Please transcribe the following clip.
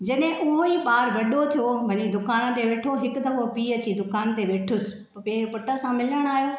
जॾहिं उहो ई ॿारु वॾो थियो वञी दुकान ते वेठो हिकु दफ़ो पीउ अची दुकान ते वेठुसि हूअ पंहिंजे पुट सां मिलणु आयो